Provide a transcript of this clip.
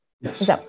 Yes